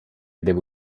devo